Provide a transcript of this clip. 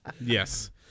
Yes